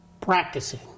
practicing